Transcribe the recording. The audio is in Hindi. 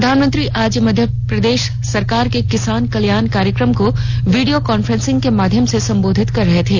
प्रधानमंत्री आज मध्य प्रदेश सरकार के किसान कल्याण कार्यक्रम को वीडियो कांफ्रेंस के माध्यम से संबोधित कर रहे थे